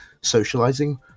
socializing